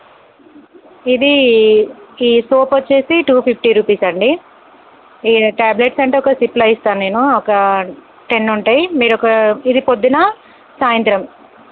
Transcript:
ఇది ఈ సోప్ వచ్చేసి టూ ఫిఫ్టీ రుపీస్ అండి ఇక్కడ టాబ్లెట్స్ అంటే ఒక స్ట్రిప్లా ఇస్తాను నేను ఒక టెన్ ఉంటాయి మీరొక ఇది పొద్దున్న సాయంత్రం